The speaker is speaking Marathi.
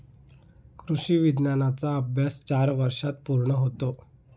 कृषी विज्ञानाचा अभ्यास चार वर्षांत पूर्ण होतो